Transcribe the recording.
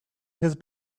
his